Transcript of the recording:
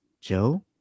Joe